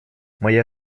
моя